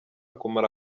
kumara